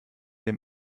dem